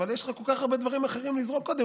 אבל יש לך כל כך הרבה דברים אחרים לזרוק קודם,